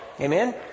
Amen